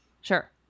Sure